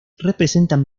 representan